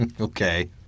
Okay